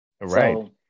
Right